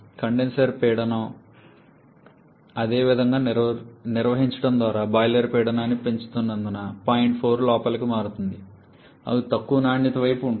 condenser పీడనం ని అదే విధంగా నిర్వహించడం ద్వారా బాయిలర్ పీడనాన్ని పెంచుతున్నందున పాయింట్ 4 లోపలికి మారుతోంది అది తక్కువ నాణ్యత వైపు ఉంటుంది